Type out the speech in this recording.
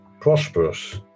prosperous